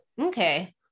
Okay